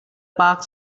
park